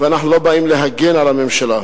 ואנחנו לא באים להגן על הממשלה,